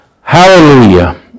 Hallelujah